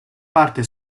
parte